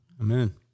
Amen